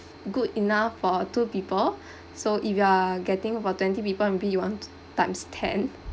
good enough for two people so if you are getting about twenty people maybe you want times ten